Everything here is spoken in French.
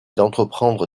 d’entreprendre